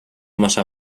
massa